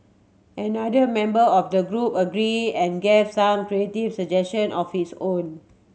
another member of the group agree and gave some creative suggestion of his own